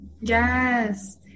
Yes